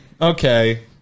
okay